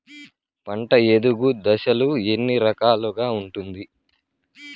పంట ఎదుగు దశలు ఎన్ని రకాలుగా ఉంటుంది?